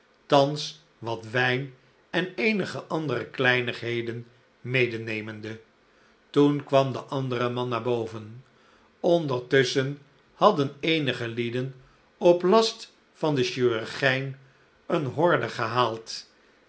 thans wat wijn en eenige andere kleinigheden medenemende toen kwam de andere man naar boven ondertusschen hadden eenige lieden op last van den chirurgijn eene horde gehaald